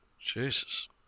Jesus